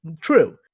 true